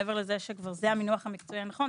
מעבר לזה שזה המינוח המקצועי הנכון,